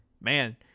man